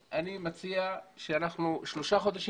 לכן, אני מציע שנלך על שלושה חודשים,